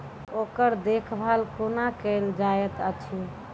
ओकर देखभाल कुना केल जायत अछि?